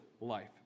life